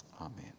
Amen